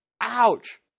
Ouch